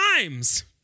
times